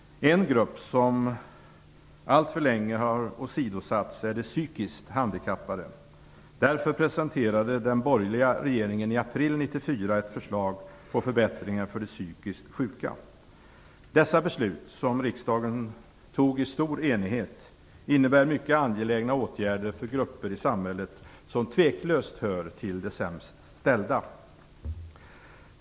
En grupp som alltför länge har åsidosatts är de psykiskt handikappade. Därför presenterade den borgerliga regeringen i april 1994 ett förslag till förbättringar för de psykiskt sjuka. Dessa beslut, som riksdagen fattade i stor enighet, innebär mycket angelägna åtgärder för grupper i samhället som tveklöst hör till de sämst ställda.